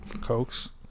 cokes